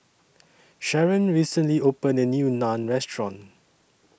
Sharen recently opened A New Naan Restaurant